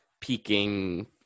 peaking